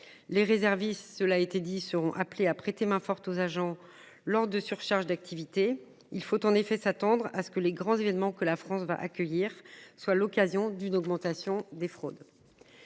les réservistes cela été dit seront appelés à prêter main forte aux agents lors de surcharge d'activité, il faut en effet s'attendre à ce que les grands événements, que la France va accueillir soit l'occasion d'une augmentation des fraudes.